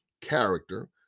character